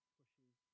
pushes